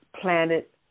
planet